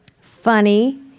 funny